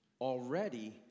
already